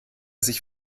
sich